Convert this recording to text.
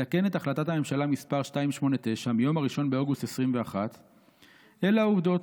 'לתקן את החלטת הממשלה מס' 289 מיום 1 באוגוסט 2021'. אלה העובדות.